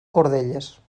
cordelles